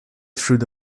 through